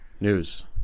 News